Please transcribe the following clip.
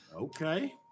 Okay